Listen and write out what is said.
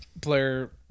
player